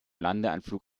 landeanflug